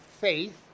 faith